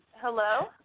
Hello